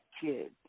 kids